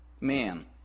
man